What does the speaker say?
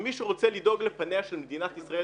ומי שרוצה לדאוג לפניה של מדינת ישראל